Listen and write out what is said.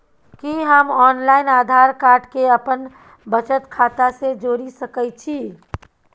कि हम online Aadhaar card के अपन बचत खाता से जोरि सकै छी?